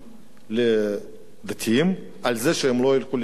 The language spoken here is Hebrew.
לדתיים שהם לא ילכו לשרת בצבא.